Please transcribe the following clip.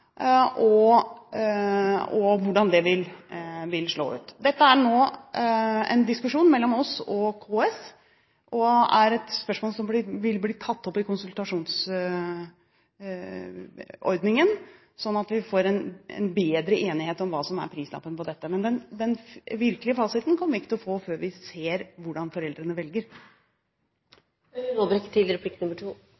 og hvordan det vil slå ut. Dette er nå en diskusjon mellom oss og KS. Det er et spørsmål som vil bli tatt opp i konsultasjonsordningen, slik at vi får en enighet om hva som er prislappen på dette. Men den virkelige fasiten kommer vi ikke til å få før vi ser hvordan foreldrene velger.